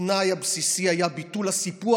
התנאי הבסיסי היה ביטול הסיפוח,